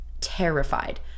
terrified